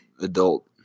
adult